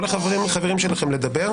או לחברים אחרים שלכם לדבר,